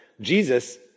Jesus